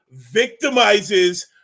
victimizes